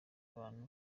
abantu